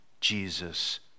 Jesus